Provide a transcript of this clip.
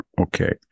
Okay